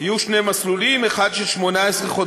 יהיו שני מסלולים: אחד של 18 חודשים,